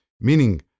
Meaning